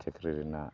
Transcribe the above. ᱪᱟᱹᱠᱨᱤ ᱨᱮᱱᱟᱜ